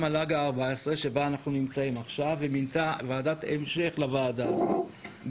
וחלק מהפתרונות שאנחנו חושבים עליהם הם גם